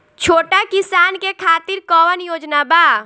छोटा किसान के खातिर कवन योजना बा?